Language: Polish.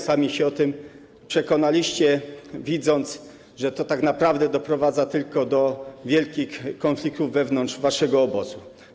Sami się o tym przekonaliście, widząc, że to tak naprawdę doprowadza tylko do wielkich konfliktów wewnątrz waszego obozu.